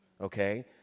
okay